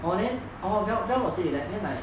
orh then oh then dell got say to before then like